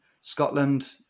Scotland